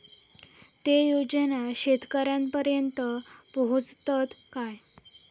ते योजना शेतकऱ्यानपर्यंत पोचतत काय?